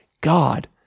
God